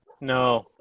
No